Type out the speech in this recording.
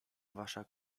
wasza